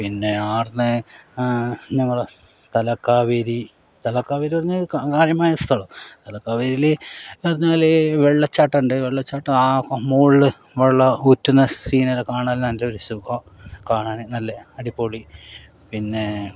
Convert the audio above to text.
പിന്നെ ആട്ന്ന് ഞങ്ങൾ തലക്കാവേരി തലക്കാവേരി എന്നു പറഞ്ഞ കാര്യമായ സ്ഥലാ തലക്കാവേരിയിൽ പറഞ്ഞാൽ വെള്ളച്ചാട്ടമുണ്ട് വെള്ളച്ചാട്ടം ആ മോളിൽ മോളിൽ ഊറ്റുന്ന സീനറി കാണാനെല്ലാം സുഖാ കാണാൻ നല്ല അടിപൊളി പിന്നെ